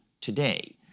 today